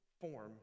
form